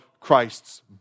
Christ's